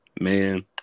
Man